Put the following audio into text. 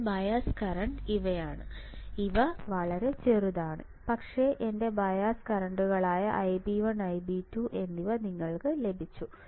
എന്റെ bias current ഇവയാണ് ഇവ ചെറുതാണ് പക്ഷേ എന്റെ ബയസ് കറന്റുകളായ ഐബി 1 ഐബി 2 എന്നിവ നിങ്ങൾക്ക് ലഭിച്ചു